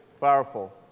powerful